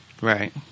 Right